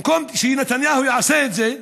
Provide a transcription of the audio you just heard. במקום שנתניהו יעשה את זה,